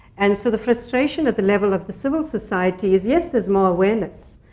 and so the frustration at the level of the civil society is, yes, there's more awareness.